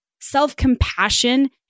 Self-compassion